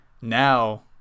Now